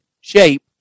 shape